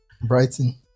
Brighton